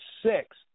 six